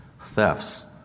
thefts